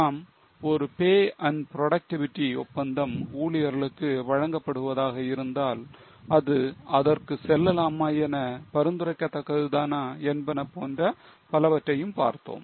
நாம் ஒரு pay and productivity ஒப்பந்தம் ஊழியர்களுக்கு வழங்கப்படுவதாக இருந்தால் இது அதற்கு செல்லலாமா என பரிந்துரைக்கதக்கதுதான என்பன போன்ற பலவற்றையும் பார்த்தோம்